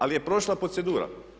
Ali je prošla procedura.